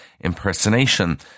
impersonation